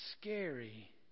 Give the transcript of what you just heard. scary